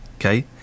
Okay